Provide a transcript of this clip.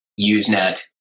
usenet